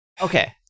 okay